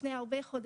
לפני מספר חודשים